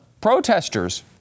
protesters